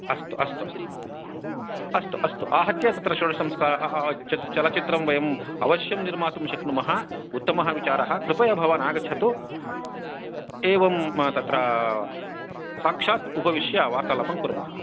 अस्तु अस्तु अस्तु अस्तु अस्तु आहत्य तत्र षोडशसंस्का चलचित्रं वयम् अवश्यं निर्मातुं शक्नुमः उत्तमः विचारः कृपया भवान् आगच्छतु एवं तत्र साक्षात् उपविश्य वार्तालापं कुर्मः